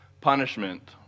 punishment